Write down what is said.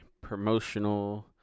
promotional